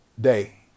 day